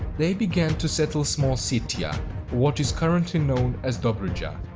they began to settle small scythia, or what is currently known as dobruja.